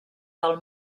del